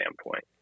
standpoint